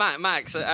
Max